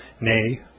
nay